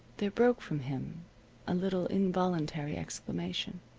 there broke from him a little involuntary exclamation.